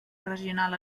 regional